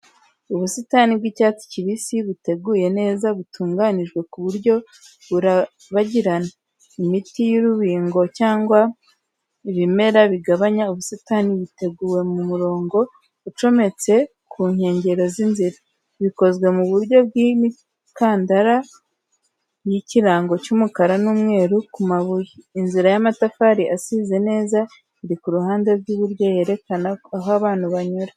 Ubusitani bw'icyatsi kibisi buteguye neza, butunganyijwe ku buryo burabagirana. Imiti y’urubingo cyangwa ibimera bigabanya ubusitani yateguwe mu murongo ucometse ku nkengero z’inzira, bikozwe mu buryo bw’imikandara y’ikirango cy’umukara n’umweru ku mabuye. Inzira y’amatafari asize neza iri ku ruhande rw’iburyo yerekana aho abantu banyura.